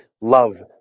love